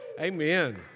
Amen